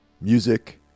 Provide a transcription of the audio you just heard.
Music